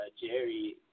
Jerry